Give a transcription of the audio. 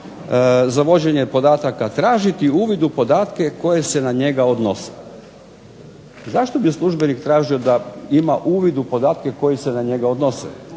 za vođenje podataka tražiti uvid u podatke koji se na njega odnose. Zašto bi službenik tražio da ima uvid u podatke koji se na njega odnose.